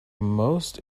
most